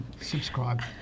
subscribe